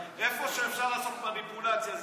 איפה שאפשר לעשות מניפולציה,